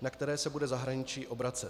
na které se bude zahraničí obracet.